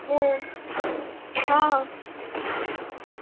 ہوں ہاں ہاں